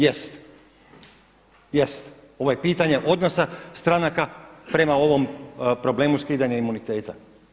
Jest, jest ovo je pitanje odnosa stranaka prema ovom problemu skidanja imuniteta.